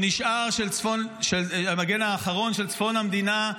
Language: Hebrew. שנשאר המגן האחרון של צפון המדינה,